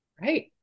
right